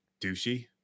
douchey